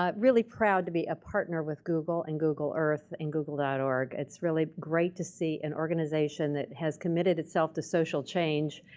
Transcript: um really proud to be a partner with google and google earth and google org. it's really great to see an organization that has committed itself to social change,